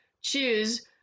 choose